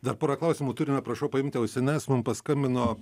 dar porą klausimų turime prašau paimti ausines mum paskambino